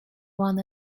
one